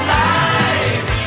life